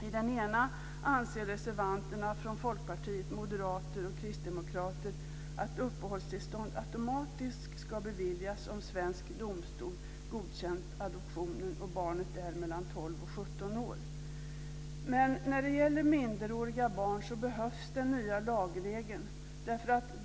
I den ena anser reservanterna från Folkpartiet, Moderaterna och Kristdemokraterna att uppehållstillstånd automatiskt ska beviljas om svensk domstol godkänt adoptionen och barnet är mellan 12 och 17 år. När det gäller minderåriga barn behövs dock den nya lagregeln.